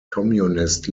communist